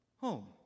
Home